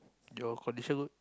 your condition good